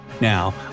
Now